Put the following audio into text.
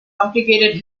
complicated